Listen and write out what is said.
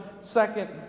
second